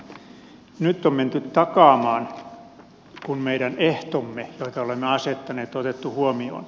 nyt on menty takaamaan kun meidän ehtomme joita olemme asettaneet on otettu huomioon